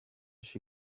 she